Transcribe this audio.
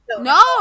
No